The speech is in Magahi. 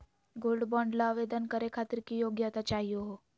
गोल्ड बॉन्ड ल आवेदन करे खातीर की योग्यता चाहियो हो?